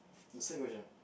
the same question